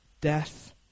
death